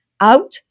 out